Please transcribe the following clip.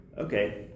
okay